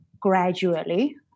gradually